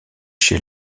chez